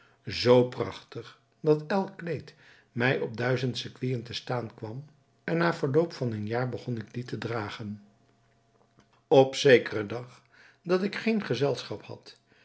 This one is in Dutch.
zoo prachtig dat elk kleed mij op duizend sequinen te staan kwam en na verloop van een jaar begon ik die te dragen op zekeren dag dat ik geen gezelschap had